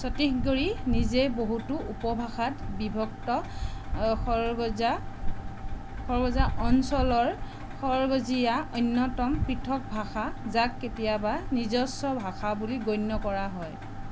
ছত্তীশগড়ী নিজেই বহুতো উপভাষাত বিভক্ত সৰগজা সৰগজা অঞ্চলৰ সৰগজিয়া অন্যতম পৃথক ভাষা যাক কেতিয়াবা নিজস্ব ভাষা বুলি গণ্য কৰা হয়